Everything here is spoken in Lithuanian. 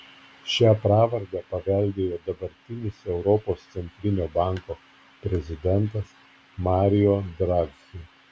šią pravardę paveldėjo dabartinis europos centrinio banko prezidentas mario draghi